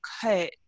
cut